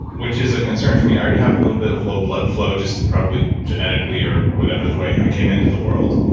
which is a concern for me. i already have a little bit of low blood flow just probably genetically, or whatever the way i came into the world,